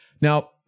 Now